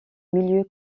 milieu